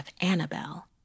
Annabelle